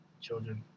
children